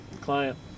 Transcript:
Client